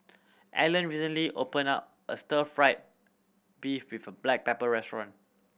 Allan recently opened a stir fried beef with black pepper restaurant